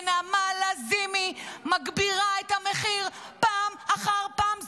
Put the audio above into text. ונעמה לזימי מגבירה את המחיר פעם אחר פעם.